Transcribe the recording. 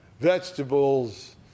vegetables